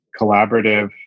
collaborative